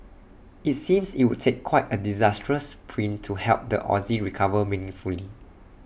IT seems IT would take quite A disastrous print to help the Aussie recover meaningfully